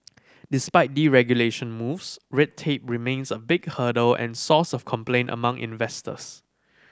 despite deregulation moves red tape remains a big hurdle and source of complaint among investors